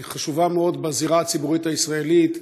היא חשובה מאוד בזירה הציבורית הישראלית,